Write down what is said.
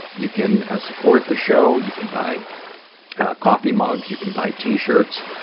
you can ah support the show, you can buy coffee mugs, you can buy t-shirts.